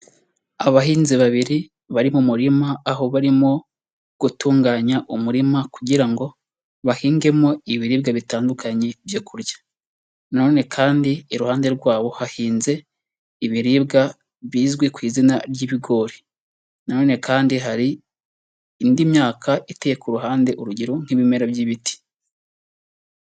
Abahinzi babiri bari mu murima, aho barimo gutunganya umurima, kugira ngo bahingemo ibiribwa bitandukanye byo kurya, na none kandi iruhande rwabo hahinze ibiribwa bizwi ku izina ry'ibigori, na none kandi hari indi myaka iteye ku ruhande, urugero nk'ibimera by'ibiti.